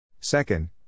Second